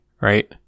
right